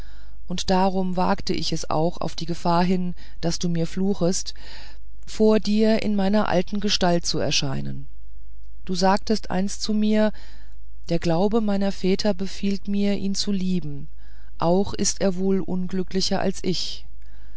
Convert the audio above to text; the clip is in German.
und darum wagte ich es auch auf die gefahr hin daß du mir fluchest vor dir in meiner alten gestalt zu erscheinen du sagtest einst zu mir der glaube meiner väter befiehlt mir ihn zu lieben auch ist er wohl unglücklicher als ich